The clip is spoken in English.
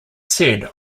said